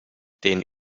den